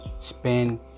spend